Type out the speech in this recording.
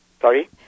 Sorry